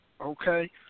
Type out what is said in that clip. Okay